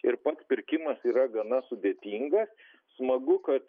ir pats pirkimas yra gana sudėtingas smagu kad